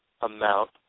amount